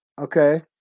Okay